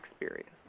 experience